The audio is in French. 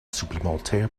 supplémentaire